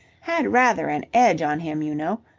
had rather an edge on him, you know.